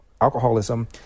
alcoholism